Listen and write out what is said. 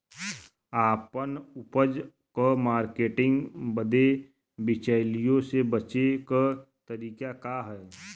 आपन उपज क मार्केटिंग बदे बिचौलियों से बचे क तरीका का ह?